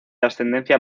ascendencia